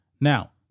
Now